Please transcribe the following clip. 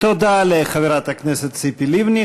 תודה לחברת הכנסת ציפי לבני.